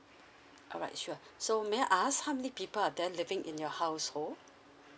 alright sure so may I ask how many people are there living in your household